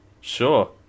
Sure